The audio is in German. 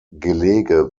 gelege